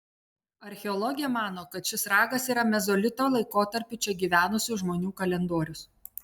archeologė mano kad šis ragas yra mezolito laikotarpiu čia gyvenusių žmonių kalendorius